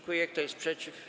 Kto jest przeciw?